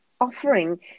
offering